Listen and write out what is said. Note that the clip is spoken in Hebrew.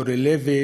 אורלי לוי,